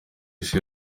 isi